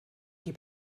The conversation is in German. die